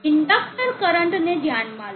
inductor કરંટને ધ્યાનમાં લો